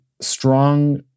strong